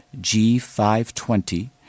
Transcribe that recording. G520